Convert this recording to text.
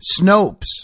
Snopes